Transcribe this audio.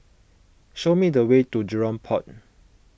show me the way to Jurong Port